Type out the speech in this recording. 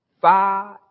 five